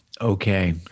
Okay